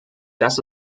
das